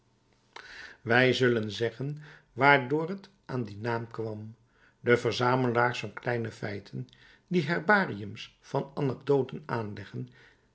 wij zullen zeggen waardoor het aan dien naam kwam de verzamelaars van kleine feiten die herbariums van anecdoten aanleggen